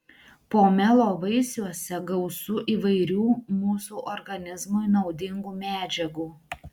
pomelo vaisiuose gausu įvairių mūsų organizmui naudingų medžiagų